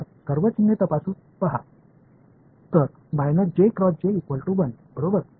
तर सर्व चिन्हे तपासून पहा तर बरोबर